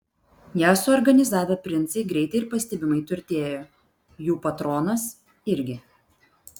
ją suorganizavę princai greitai ir pastebimai turtėjo jų patronas irgi